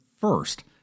first